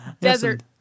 Desert